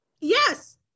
Yes